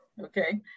okay